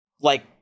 like-